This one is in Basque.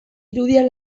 irudia